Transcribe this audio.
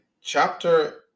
chapter